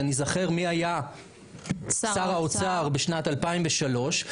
ונזכר מי היה שר האוצר בשנת 2003,